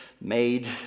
made